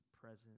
present